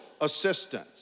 assistance